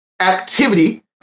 activity